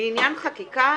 לעניין חקיקה,